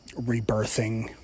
rebirthing